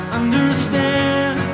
understand